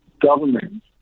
government